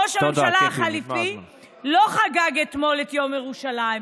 ראש הממשלה החלופי לא חגג אתמול את יום ירושלים,